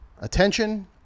attention